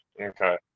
Okay